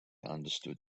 understood